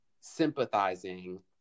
sympathizing